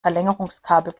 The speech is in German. verlängerungskabel